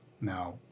Now